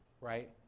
right